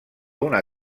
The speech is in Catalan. una